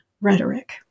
rhetoric